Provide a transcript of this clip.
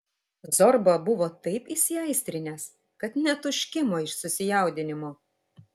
zorba buvo taip įsiaistrinęs kad net užkimo iš susijaudinimo